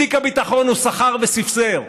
בתיק הביטחון הוא סחר וספסר.